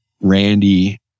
Randy